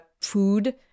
food